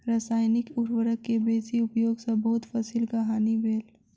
रसायनिक उर्वरक के बेसी उपयोग सॅ बहुत फसीलक हानि भेल